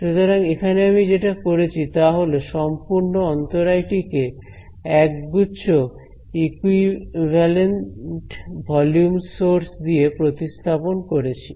সুতরাং এখানে আমি যেটা করেছি তা হল সম্পূর্ণ অন্তরায় টি কে একগুচ্ছ ইকুইভ্যালেন্ট ভলিউম সোর্স দিয়ে প্রতিস্থাপন করেছি